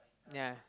ya